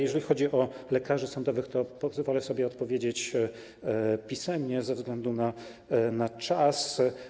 Jeżeli chodzi o lekarzy sądowych, to pozwolę sobie odpowiedzieć pisemnie, ze względu na czas.